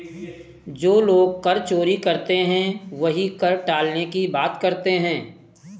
जो लोग कर चोरी करते हैं वही कर टालने की बात करते हैं